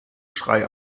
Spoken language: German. schrei